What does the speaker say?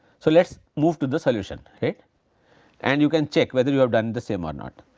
so, let us move to the solution right and you can check whether you have done the same or not.